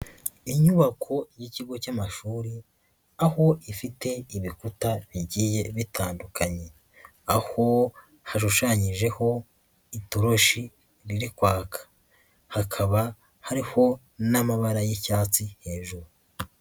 Inyubako y'ikigo cy'amashuri aho ifite ibikuta bigiye bitandukanye, aho hashushanyijeho itoroshi riri kwaka hakaba hariho n'amabara y'icyatsi hejuru.